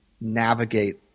Navigate